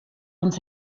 ans